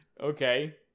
Okay